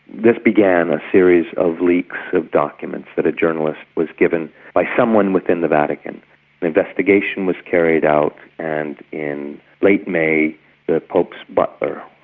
this began a series of leaks of documents that a journalist was given by someone within the vatican. an investigation was carried out and in late may the pope's butler,